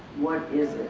what is it?